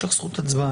יש לך זכות הצבעה,